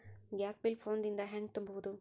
Gas bill phone ದಿಂದ ಹ್ಯಾಂಗ ತುಂಬುವುದು?